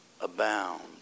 abound